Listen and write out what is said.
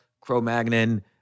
Cro-Magnon